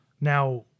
now